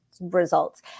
results